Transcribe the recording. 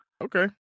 Okay